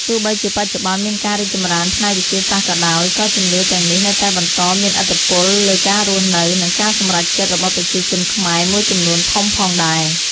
ទោះបីជាបច្ចុប្បន្នមានការរីកចម្រើនផ្នែកវិទ្យាសាស្ត្រក៏ដោយ ក៏ជំនឿទាំងនេះនៅតែបន្តមានឥទ្ធិពលលើការរស់នៅ និងការសម្រេចចិត្តរបស់ប្រជាជនខ្មែរមួយចំនួនធំផងដែរ។